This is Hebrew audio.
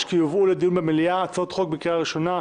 כי יובאו לדיון במליאה הצעות חוק בקריאה הראשונה,